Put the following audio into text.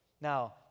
Now